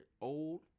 Old